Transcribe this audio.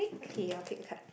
okay I'll pick a card